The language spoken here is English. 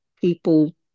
people